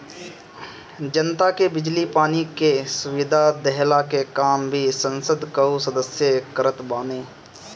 जनता के बिजली पानी के सुविधा देहला के काम भी संसद कअ सदस्य करत बाने